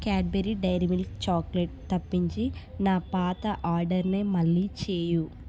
Cadbury Dairy Milk chocolate తప్పించి నా పాత ఆర్డర్నే మళ్ళీ చేయు